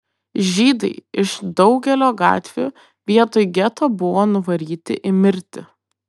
žydai iš daugelio gatvių vietoj geto buvo nuvaryti į mirtį